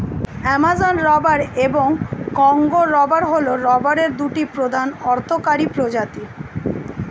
Amazon rubber এবং Congo rubber হল রাবারের দুটি প্রধান অর্থকরী প্রজাতি